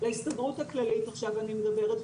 להסתדרות הכללית עכשיו אני מדברת,